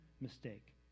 mistake